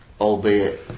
albeit